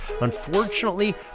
Unfortunately